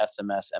SMS